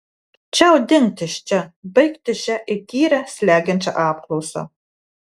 čiau dingti iš čia baigti šią įkyrią slegiančią apklausą